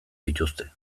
dituzte